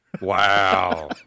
Wow